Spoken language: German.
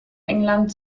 england